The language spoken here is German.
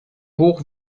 hoch